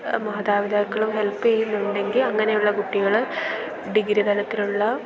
മാതാപിതാക്കളും ഹെൽപ്പ് ചെയ്യുന്നുണ്ടെങ്കി അങ്ങനെയുള്ള കുട്ടികൾ ഡിഗ്രി തലത്തിലുള്ള